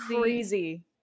crazy